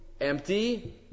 empty